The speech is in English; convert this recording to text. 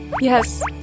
Yes